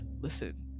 listen